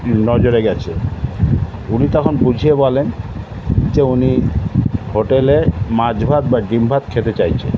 নজরে গিয়েছে উনি তখন বুঝিয়ে বলেন যে উনি হোটেলে মাছ ভাত বা ডিম ভাত খেতে চাইছেন